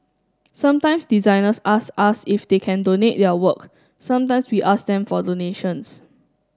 sometimes designers ask us if they can donate their work sometimes we ask them for donations